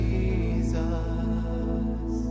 Jesus